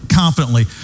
confidently